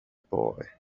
boy